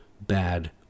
bad